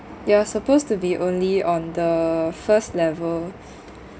you are supposed to be only on the first level